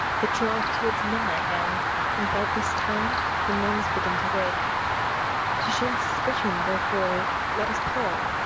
it draweth towards midnight now, and about this time the nuns begin to wake to shun suspicion, therefore, let us part.